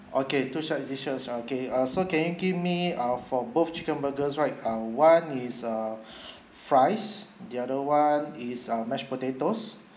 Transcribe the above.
okay two side dishes okay uh so can you give me uh for both chicken burgers right um one is uh fries the other [one] is uh mashed potatoes